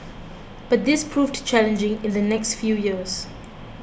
but this proved challenging in the next few years